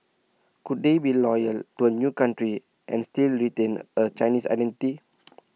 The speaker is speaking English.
could they be loyal to A new country and still retain A Chinese identity